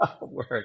work